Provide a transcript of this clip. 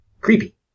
Creepy